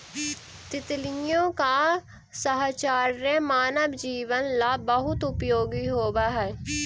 तितलियों का साहचर्य मानव जीवन ला बहुत उपयोगी होवअ हई